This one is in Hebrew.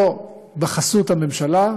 לא בחסות הממשלה,